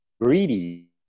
greedy